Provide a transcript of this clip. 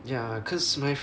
ya cause my f~